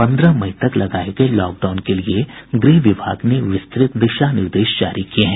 पन्द्रह मई तक लगाये गये लॉकडाउन के लिए गृह विभाग ने विस्तृत दिशा निर्देश जारी किये हैं